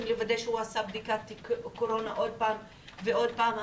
לוודא שהוא עשה בדיקת קורונה עוד פעם ועוד פעם,